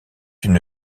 une